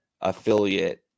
affiliate